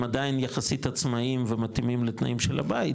הם עדיין יחסית עצמאיים ומתאימים לתנאים של הבית,